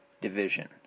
division